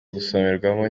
gusomerwa